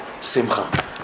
Simcha